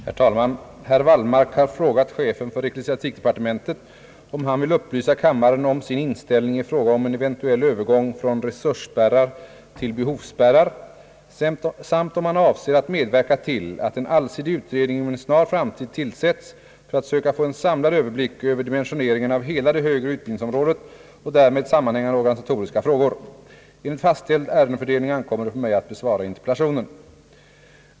Herr talman! Herr Wallmark har frågat chefen för ecklesiastikdepartementet, om han vill upplysa kammaren om sin inställning i fråga om en eventuell övergång från resursspärrar till be hovsspärrar samt om han avser att medverka till att en allsidig utredning inom en snar framtid tillsätts för att söka få en samlad överblick över dimensioneringen av hela det högre utbildningsområdet och därmed sammanhängande organisatoriska frågor. Enligt fastställd ärendefördelning ankommer det på mig att besvara interpellationen.